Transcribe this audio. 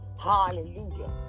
Hallelujah